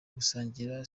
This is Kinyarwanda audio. gusangira